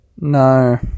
no